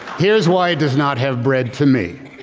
here's why does not have bread to me.